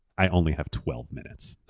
i only have twelve minutes.